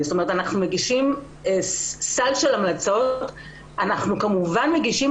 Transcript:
אנחנו מגישים סל של המלצות ומגישים